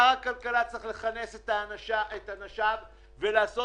שר הכלכלה צריך לכנס את אנשיו ולעשות